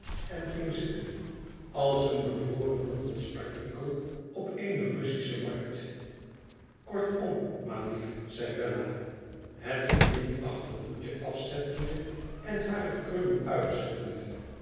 en ging zitten als een bevroren handelsartikel op eene russische markt t kortom ma lief zei bella het geminachte hoedje afzetfende en hare krullen uitschuddende